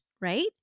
right